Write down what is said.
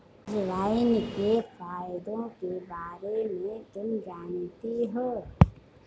अजवाइन के फायदों के बारे में तुम जानती हो?